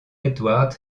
edward